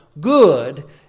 good